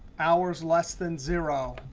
hours less than zero.